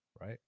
right